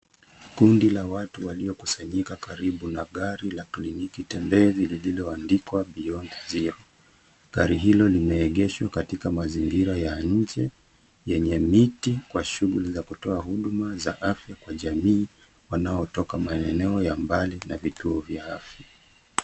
Kundi la watu waliokusanyika karibu na gari la kliniki tembezi lililoandikwa Beyond zero. Gari hilo limeegeshwa katika mazingira ya, nje yenye miti kwa shughuli za kutoa huduma za afya kwa jamii, wanaotoka maeneo ya mbali na vituo vya afya .